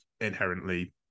inherently